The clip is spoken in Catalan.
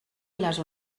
les